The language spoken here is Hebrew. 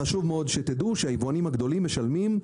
חשוב שתדעו שהיבואנים הגדולים משלמים,